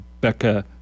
Becca